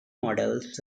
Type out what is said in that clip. models